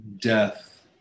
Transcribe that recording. death